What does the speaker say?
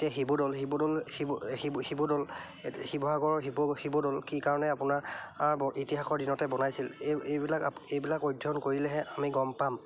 এতিয়া শিৱদৌল শিৱদৌল শিৱ শিৱদৌল শিৱসাগৰৰ শিৱ শিৱদৌল কি কাৰণে আপোনাৰ ব ইতিহাসৰ দিনতে বনাইছিল এই এইবিলাক এইবিলাক অধ্যয়ন কৰিলেহে আমি গম পাম